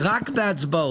אנחנו רק בהצבעות.